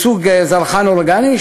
מסוג זרחן אורגני,